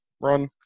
run